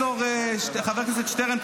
חבר הכנסת שטרן,